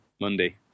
Monday